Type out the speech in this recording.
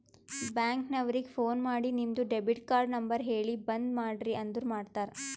bank ನವರಿಗ phone ಮಾಡಿ ನಿಮ್ದು ಡೆಬಿಟ್ ಕಾರ್ಡ್ ನಂಬರ್ ಹೇಳಿ ಬಂದ್ ಮಾಡ್ರಿ ಅಂದುರ್ ಮಾಡ್ತಾರ